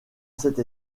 cette